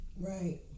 Right